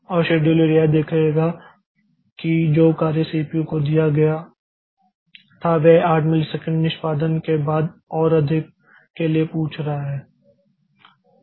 और शेड्यूलर यह देखेगा कि जो कार्य सीपीयू को दिया गया था वह 8 मिलीसेकंड निष्पादन के बाद और अधिक के लिए पूछ रहा है